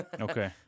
Okay